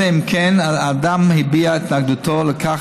אלא אם כן האדם הביע את התנגדותו לכך